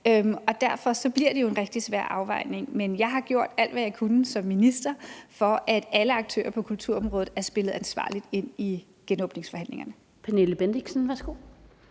Derfor bliver det jo en rigtig svær afvejning; men jeg har gjort alt, hvad jeg kunne som minister, for, at alle aktører på kulturområdet er spillet ansvarligt ind i genåbningsforhandlingerne. Kl. 17:24 Den fg.